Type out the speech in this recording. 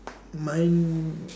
mine